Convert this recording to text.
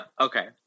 Okay